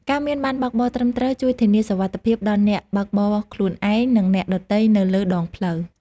ការមានប័ណ្ណបើកបរត្រឹមត្រូវ ជួយធានាសុវត្ថិភាពដល់អ្នកបើកបរខ្លួនឯង និងអ្នកដទៃនៅលើដងផ្លូវ។